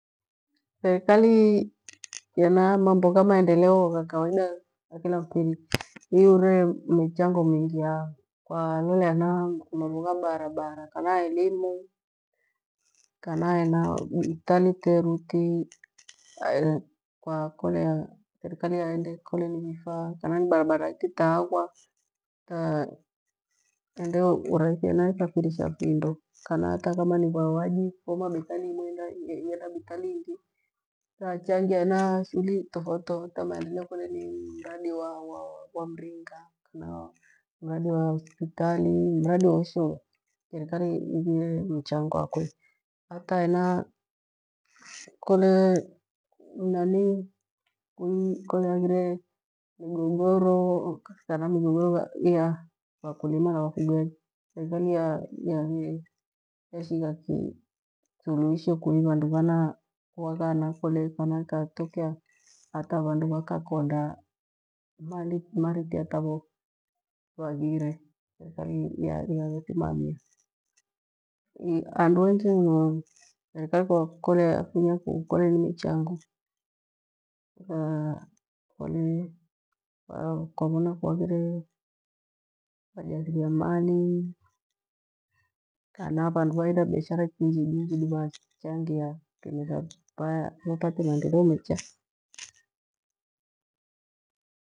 Tterikari hena mambo gha kawaida gha kila mfiri, iure michangoo mingi kwakolela hena mambo gha barabara, kana elimu, kana hena bithtari, teru ti kwakolea. Thirikari yaende urahithi hena ithafirisha findo hata kole ni vawaji ifuma bithtari, imwi ighinda bithtari ingi tachangia hena shughuri shughuri tifautitofauti tamaendeleo ni mradi wa mringa kana ni mradi hothpitari, mradi wowoshe usha therikari iure mchango wakwe. Hata hena kole nanii kole ghahile migogoro ya vakurima na therikeli yashigha thuluhisho vandu vana vwaghana, kana ikatokea hata vandu vakakonda mari tiya tafo vaghire handu hengi therikali kwa kolea yafunya kole ni michongo kole kwa vona ku haghire vajathiriamali kana vandu vahira biashara ti njidunjidu vachangia kimetha vapate maendeleo mecha.